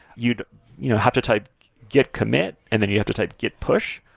you'd you know have to type git commit and then you have to type git push,